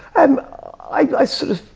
i'm i sort of